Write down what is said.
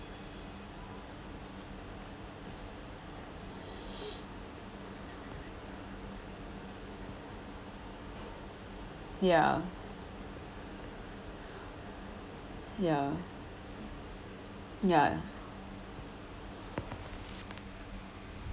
ya ya ya